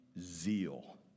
zeal